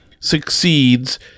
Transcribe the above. Succeeds